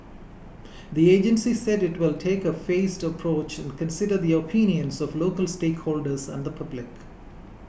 the agency said it will take a phased approach and consider the opinions of local stakeholders and the public